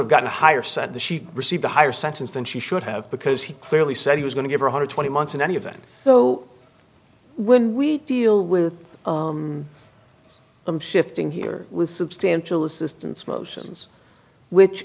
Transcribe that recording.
have gotten higher said that she received a higher sentence than she should have because he clearly said he was going to get one hundred twenty months in any event so when we deal with him shifting here with substantial assistance motions which